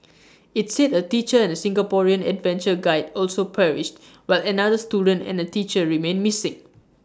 IT said A teacher and A Singaporean adventure guide also perished while another student and A teacher remain missing